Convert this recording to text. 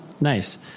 Nice